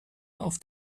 auf